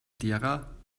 derer